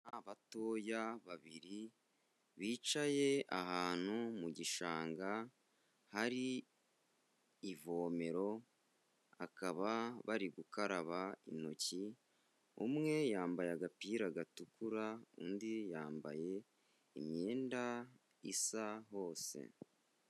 Abana batoya babiri bicaye ahantu mu gishanga hari ivomero, bakaba bari gukaraba intoki, umwe yambaye agapira gatukura, undi yambaye imyenda isa hose.